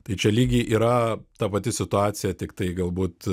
tai čia lygiai yra ta pati situacija tiktai galbūt